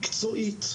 מקצועית,